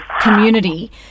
community